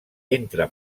entra